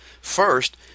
first